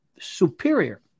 superior